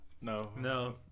No